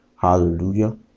hallelujah